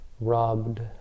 robbed